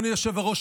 אדוני היושב-ראש,